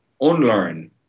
unlearn